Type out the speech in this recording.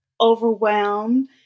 overwhelmed